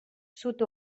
sud